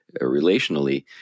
relationally